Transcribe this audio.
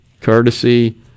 Courtesy